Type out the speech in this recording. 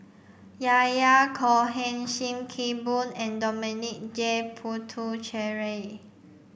Yahya Cohen Sim Kee Boon and Dominic J Puthucheary